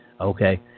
okay